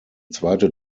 zweite